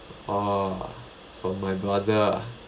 oh from my brother ah